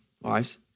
wives